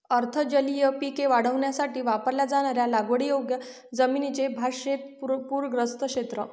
अर्ध जलीय पिके वाढवण्यासाठी वापरल्या जाणाऱ्या लागवडीयोग्य जमिनीचे भातशेत पूरग्रस्त क्षेत्र